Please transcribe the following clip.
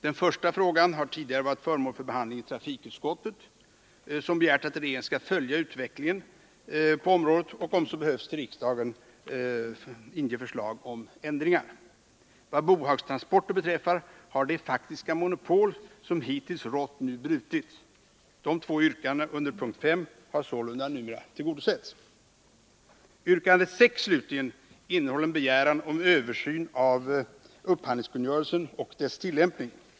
Den första frågan har tidigare varit föremål för behandling i trafikutskottet, som begärt att regeringen skall följa utvecklingen på området och om så behövs till riksdagen inge förslag om ändringar. Vad bohagstransporter beträffar har det faktiska monopol som hittills rått nu brutits. De två yrkandena under punkt 5 har sålunda numera tillgodosetts. Yrkandet 6 slutligen innehåller en begäran om översyn av upphandlingskungörelsen och dess tillämpning.